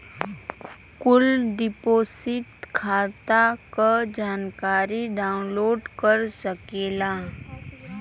कुल डिपोसिट खाता क जानकारी डाउनलोड कर सकेला